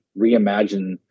reimagine